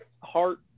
heart